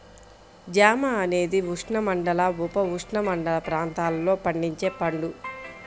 జామ అనేది ఉష్ణమండల, ఉపఉష్ణమండల ప్రాంతాలలో పండించే పండు